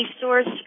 source